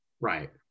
Right